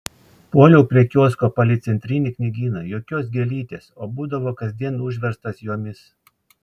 puoliau prie kiosko palei centrinį knygyną jokios gėlytės o būdavo kasdien užverstas jomis